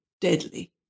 deadly